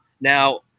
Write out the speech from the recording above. Now